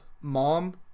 Mom